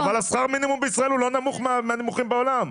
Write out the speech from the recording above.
והמעסיקים מאוד קשובים לעובדים שלהם,